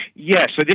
yes, but yeah